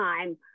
time